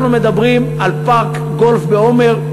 אנחנו מדברים על פארק גולף בעומר,